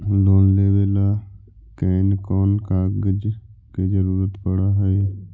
Loan लेबे ल कैन कौन कागज के जरुरत पड़ है?